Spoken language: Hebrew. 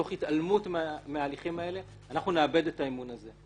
תוך התעלמות מההליכים האלה אנחנו נאבד את האמון הזה.